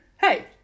Hey